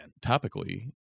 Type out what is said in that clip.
topically